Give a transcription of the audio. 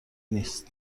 نیست